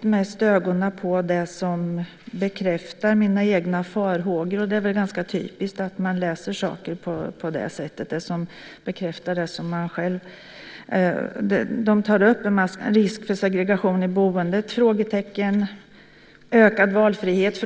mest fäst ögonen vid sådant som bekräftar mina egna farhågor. Det är väl ganska typiskt att man läser saker på det sättet. Man tar upp en mängd frågetecken: risk för spekulation, blir det verkligen ökad valfrihet.